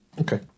Okay